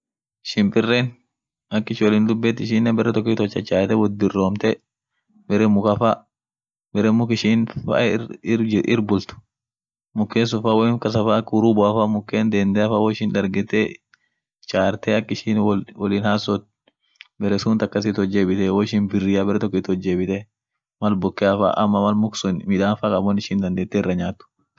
shimpiren ak ishin wolin dubeet muk tokit woat chachatee, baree tokit biromtee duub woat hasoat.